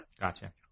Gotcha